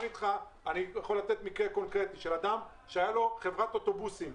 אני יכול לתת מקרה קונקרטי של אדם שהייתה לו חברת אוטובוסים,